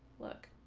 look,